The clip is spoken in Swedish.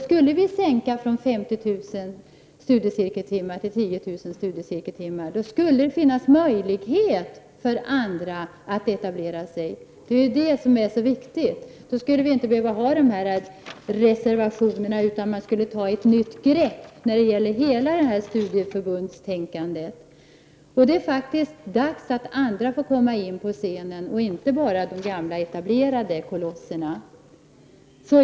Skulle vi sänka kravet från 50 000 till 10 000 studiecirkeltimmar skulle det finnas möjlighet för andra att etablera sig, och det är viktigt. Då skulle vi inte behöva ha de här reservationerna, utan man skulle ta ett nytt grepp när det gäller hela studieförbundstänkandet. Det är faktiskt dags att andra än de gamla etablerade kolosserna får komma in på scenen.